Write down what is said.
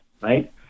right